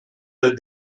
del